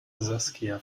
saskia